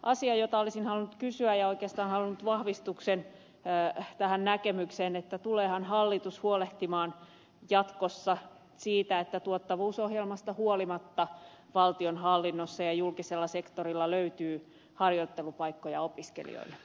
asia jota olisin halunnut kysyä ja oikeastaan olisin halunnut vahvistuksen tähän näkemykseen on se että tuleehan hallitus huolehtimaan jatkossa siitä että tuottavuusohjelmasta huolimatta valtionhallinnossa ja julkisella sektorilla löytyy harjoittelupaikkoja opiskelijoille